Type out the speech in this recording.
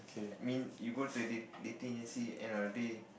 I mean you go to a date dating agency end of the day